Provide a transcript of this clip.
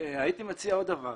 הייתי מציע עוד דבר